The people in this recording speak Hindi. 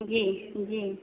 जी जी